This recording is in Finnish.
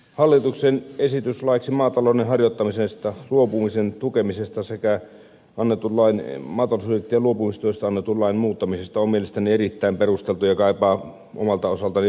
hallituksen esitys laiksi maatalouden harjoittamisesta luopumisen tukemisesta sekä maatalousyrittäjien luopumistuesta annetun lain muuttamisesta on mielestäni erittäin perusteltu ja kaipaa omalta osaltani pari huomiota